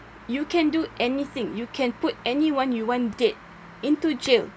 you can do anything you can put anyone you want dead into jail